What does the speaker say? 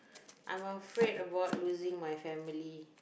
I'm afraid about losing my family